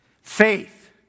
Faith